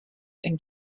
and